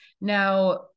Now